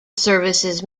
services